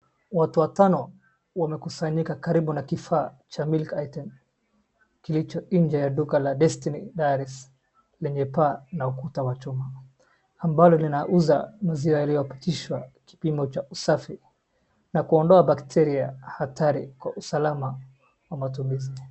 Watu watano wamekusanyika karibu na kifaa cha milk ATM kilicho katka nje ya duka la Destiny Dairies, lenye paa na ukuta ya chuma, ambayo linauza maziwa yaliyohakikisha kipimo cha usafi na kuondoa bacteria hatari kwa usalama wa matumizi.